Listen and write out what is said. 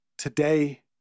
Today